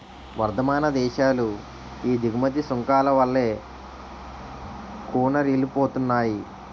వర్థమాన దేశాలు ఈ దిగుమతి సుంకాల వల్లే కూనారిల్లిపోతున్నాయి